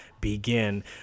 begin